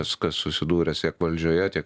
kas kas susidūręs tiek valdžioje tiek